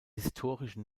historische